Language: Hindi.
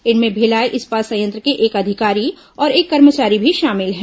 इनमें भिलाई इस्पात संयंत्र के एक अधिकारी और एक कर्मचारी भी शामिल हैं